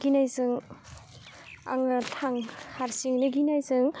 गिनायजों आङो हारसिङैनो गिनायजों